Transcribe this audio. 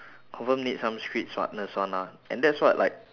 confirm need some street smartness one ah and that's what like